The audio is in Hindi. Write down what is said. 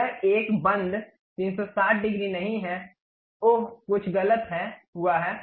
यह एक बंद 360 डिग्री नहीं है ओह कुछ गलत हुआ है